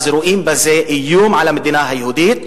אז רואים בזה איום על המדינה היהודית.